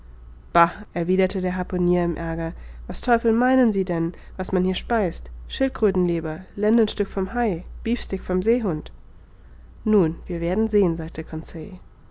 erwiderte der harpunier im aerger was teufel meinen sie denn was man hier speist schildkrötenleber lendenstück vom hai beefsteak vom seehund nun wir werden sehen sagte